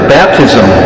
baptism